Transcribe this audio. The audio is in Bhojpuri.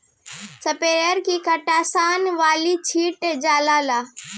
स्प्रेयर से कीटनाशक वाला छीटल जाला